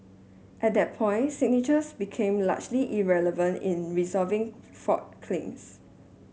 at that point signatures became largely irrelevant in resolving fraud claims